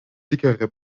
dickere